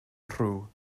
rhyw